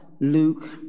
Luke